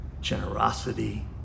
generosity